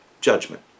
judgment